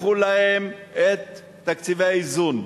לקחו להם את תקציבי האיזון.